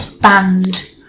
band